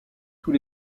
tous